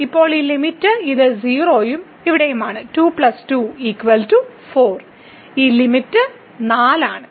ഇപ്പോൾ ഈ ലിമിറ്റ് എടുത്താൽ ഇത് 1 ഉം ഇവിടെയുമാണ് ഈ ലിമിറ്റ് 4 ആണ്